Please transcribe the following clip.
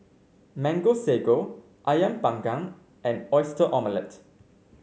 Mango Sago ayam Panggang and Oyster Omelette